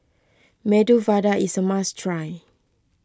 Medu Vada is a must try